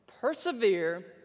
Persevere